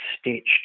stitched